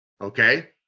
Okay